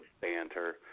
banter